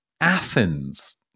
Athens